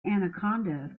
anaconda